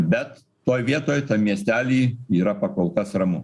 bet toj vietoj tam miestely yra pakolkas ramu